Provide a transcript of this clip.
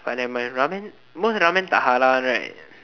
ah nevermind ramen most ramen tak halal one right